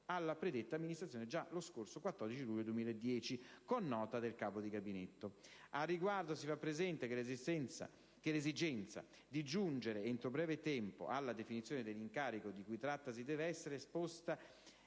alla predetta amministrazione già lo scorso 14 luglio 2010, con nota del capo di gabinetto. Al riguardo, si fa presente che l'esigenza di giungere entro breve tempo alla definizione dell'incarico di cui trattasi deve essere posta